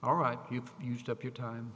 all right you've used up your time